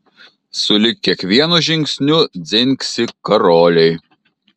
sulig kiekvienu žingsniu dzingsi karoliai